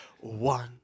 One